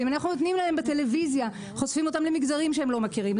אם אנחנו חושפים אותם בטלוויזיה למגזרים שהם לא מכירים,